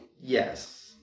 Yes